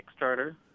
Kickstarter